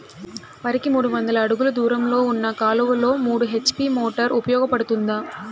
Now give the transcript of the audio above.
వరికి మూడు వందల అడుగులు దూరంలో ఉన్న కాలువలో మూడు హెచ్.పీ మోటార్ ఉపయోగపడుతుందా?